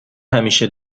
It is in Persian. همیشه